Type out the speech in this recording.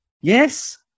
Yes